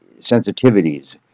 sensitivities